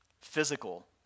Physical